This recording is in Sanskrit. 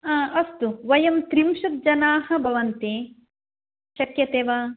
हा अस्तु वयं त्रिंशत् जनाः भवन्ति शक्यते वा